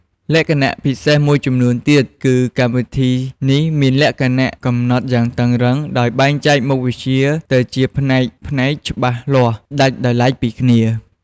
លក្ខណៈពិសេសមួយទៀតគឺកម្មវិធីនេះមានលក្ខណៈ កំណត់យ៉ាងតឹងរ៉ឹង ដោយបែងចែកមុខវិជ្ជាទៅជា ផ្នែកៗច្បាស់លាស់ ដាច់ដោយឡែកពីគ្នា។